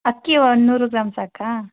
ಅಕ್ಕಿ ಒಂದು ನೂರು ಗ್ರಾಂ ಸಾಕಾ